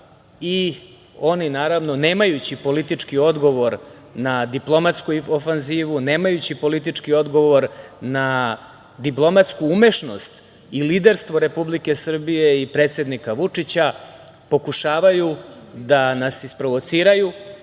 Kosova. Oni, naravno, nemajući politički odgovor na diplomatsku ofanzivu, nemajući politički odgovor na diplomatsku umešnost i liderstvo Republike Srbije i predsednika Vučića, pokušavaju da nas isprovociraju,